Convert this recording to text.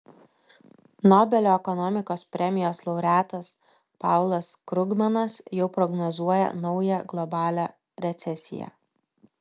nobelio ekonomikos premijos laureatas paulas krugmanas jau prognozuoja naują globalią recesiją